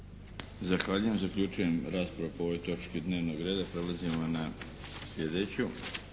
Zahvaljujem. Zaključujem raspravu po ovoj točki dnevnog reda. **Šeks, Vladimir